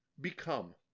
become